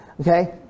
Okay